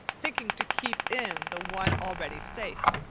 thinking to keep in the one already safe.